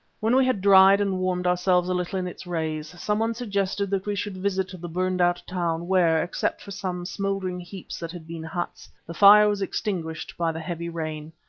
when we had dried and warmed ourselves a little in its rays, someone suggested that we should visit the burned-out town where, except for some smouldering heaps that had been huts, the fire was extinguished by the heavy rain.